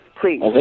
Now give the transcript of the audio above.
please